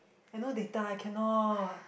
I no data I cannot